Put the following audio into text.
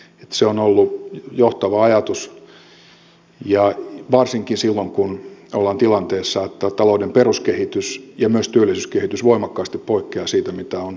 se on ollut johtava ajatus varsinkin silloin kun ollaan tilanteessa että talouden peruskehitys ja myös työllisyyskehitys voimakkaasti poikkeaa siitä mitä on ajateltu